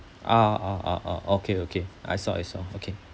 ah ah ah ah okay okay I saw is wrong okay